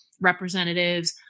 representatives